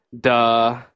duh